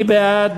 מי בעד?